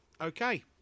Okay